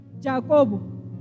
Jacob